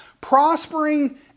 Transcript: Prospering